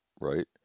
Right